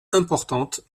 importante